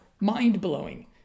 mind-blowing